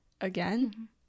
again